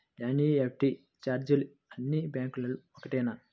NEFT ఛార్జీలు అన్నీ బ్యాంక్లకూ ఒకటేనా?